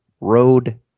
road